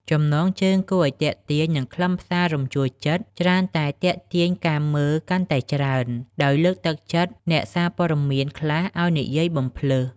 ចំណងជើងគួរឱ្យទាក់ទាញ និងខ្លឹមសាររំជួលចិត្តច្រើនតែទាក់ទាញការមើលកាន់តែច្រើន ដោយលើកទឹកចិត្តអ្នកសារព័ត៌មានខ្លះឱ្យនិយាយបំផ្លើស។